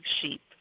sheep